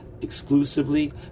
exclusively